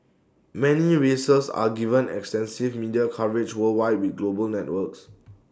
many races are given extensive media coverage worldwide with global networks